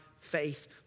faith